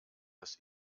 das